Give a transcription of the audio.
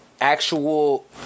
actual